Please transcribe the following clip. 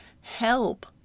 help